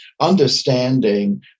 understanding